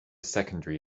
secondary